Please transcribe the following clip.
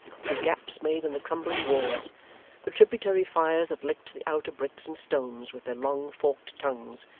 through gaps made in the crumbling walls the tributary fires that licked the outer bricks and stones, with their long forked tongues,